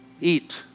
eat